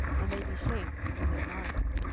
and they be chafed in their minds,